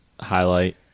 highlight